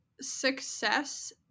Success